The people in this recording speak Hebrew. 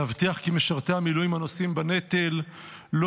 להבטיח כי משרתי המילואים הנושאים בנטל לא